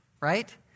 right